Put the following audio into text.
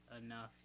enough